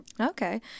Okay